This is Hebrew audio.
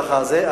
ככה זה,